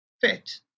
fit